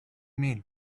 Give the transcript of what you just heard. mean